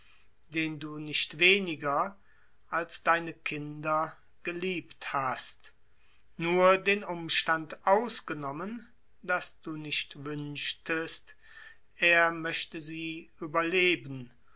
den du nicht weniger als deine kinder geliebt hast nur den umstand ausgenommen daß du nicht wünschtest er möchte sie überlegen